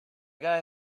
guy